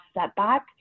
setback